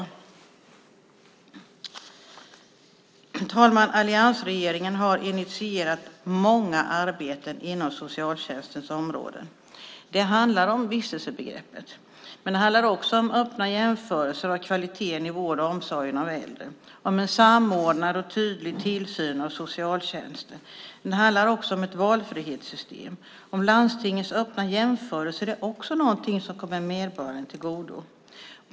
Fru talman! Alliansregeringen har initierat många arbeten inom socialtjänstens område. Det handlar om vistelsebegreppet, men också om öppna jämförelser av kvaliteten i vården och omsorgen av äldre och om en samordnad och tydlig tillsyn av socialtjänsten. Det handlar också om ett valfrihetssystem. Landstingets öppna jämförelser är också någonting som kommer medborgaren till godo.